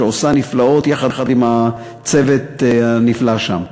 שעושה נפלאות יחד עם הצוות הנפלא שם.